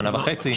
שנה וחצי.